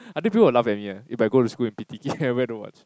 I think people will laugh at me eh if I go school in p_t kit then I wear the watch